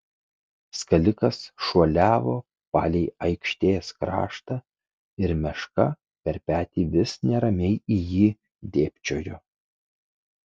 skalikas šuoliavo palei aikštės kraštą ir meška per petį vis neramiai į jį dėbčiojo